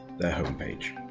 their home page.